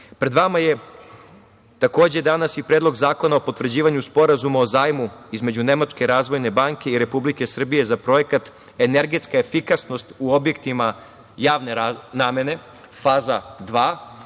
vama je takođe danas i Predlog zakona o potvrđivanju Sporazuma o zajmu između Nemačke razvojne banke i Republike Srbije za projekat „Energetska efikasnost u objektima javne namene – faza